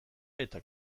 eta